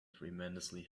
tremendously